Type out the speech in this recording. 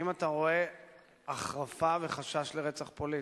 אתה רואה החרפה וחשש לרצח פוליטי?